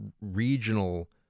regional